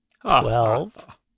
twelve